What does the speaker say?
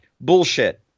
bullshit